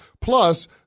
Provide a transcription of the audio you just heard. Plus